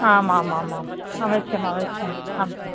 आमाम् आमाम् अवश्यम् अवश्यम् आम् आम्